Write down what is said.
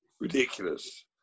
ridiculous